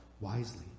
wisely